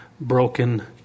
broken